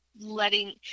letting